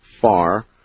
far